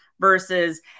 versus